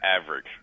average